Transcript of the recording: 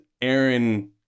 Aaron